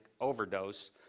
overdose